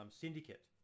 Syndicate